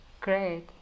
great